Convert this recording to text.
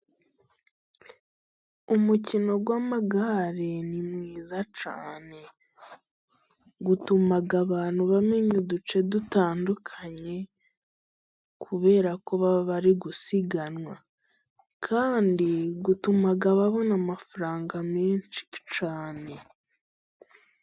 Umukino w'amagare ni mwiza cyane, utuma abantu bamenya uduce dutandukanye, kubera ko baba barigusiganwa kandi utuma babona amafaranga, menshi cyane.